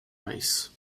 rice